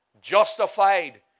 justified